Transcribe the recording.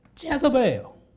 Jezebel